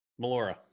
melora